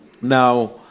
Now